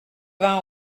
vingt